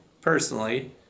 personally